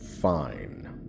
fine